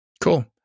Cool